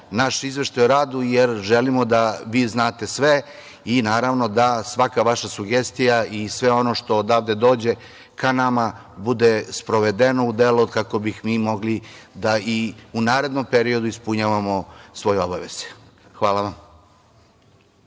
naš izveštaj o radu zato što želimo da vi znate sve i da, naravno, svaka vaša sugestija i sve ono što odavde dođe ka nama bude sprovedeno u delo, kako bismo mi mogli da i u narednom periodu ispunjavamo svoje obaveze. Hvala vam.